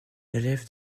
élève